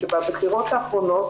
שבבחירות האחרונות